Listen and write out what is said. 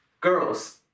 Girls